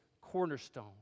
cornerstone